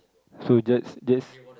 so just just